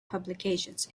publications